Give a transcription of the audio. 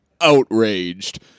outraged